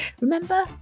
Remember